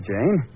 Jane